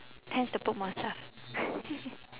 tends to put more stuff